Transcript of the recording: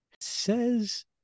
Says